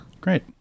Great